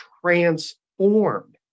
transformed